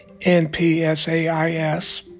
NPSAIS